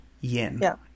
yin